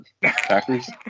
Packers